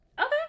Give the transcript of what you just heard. Okay